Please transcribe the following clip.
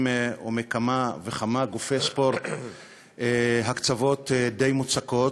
ומכמה וכמה גופי ספורט הקצבות די מוצקות,